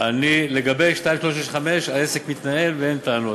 לגבי 2365 העסק מתנהל ואין טענות.